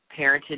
parented